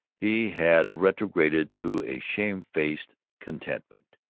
he had retrograded to a shamefaced contentment.